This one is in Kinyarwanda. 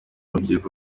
rubyiruko